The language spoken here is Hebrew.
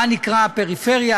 מה נקרא הפריפריה,